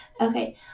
Okay